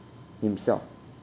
himself